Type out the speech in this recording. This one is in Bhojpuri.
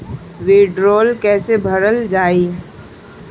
वीडरौल कैसे भरल जाइ?